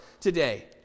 today